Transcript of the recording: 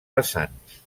vessants